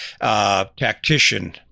tactician